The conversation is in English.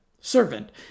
servant